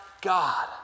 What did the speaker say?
God